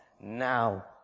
now